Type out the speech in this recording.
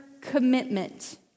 commitment